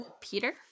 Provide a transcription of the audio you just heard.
peter